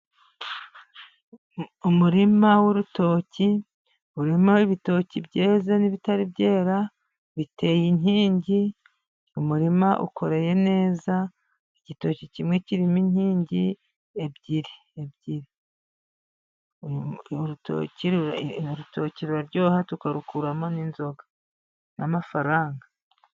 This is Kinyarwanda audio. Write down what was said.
Umurima w'urutoki urimo ibitoki byeze n'ibitari byera biteye inkingi. Umurima ukoreye neza igitoki kimwe kirimo inkingi ebyiri ebyiri, urutoki ruraryoha tukarukuramo inzoga n'amafaranga.